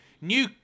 new